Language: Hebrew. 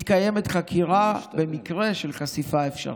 מתקיימת חקירה במקרה של חשיפה אפשרית.